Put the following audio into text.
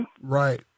Right